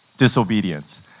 disobedience